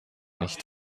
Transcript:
nicht